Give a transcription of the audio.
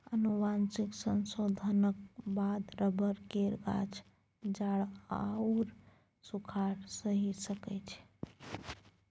आनुवंशिक संशोधनक बाद रबर केर गाछ जाड़ आओर सूखाड़ सहि सकै छै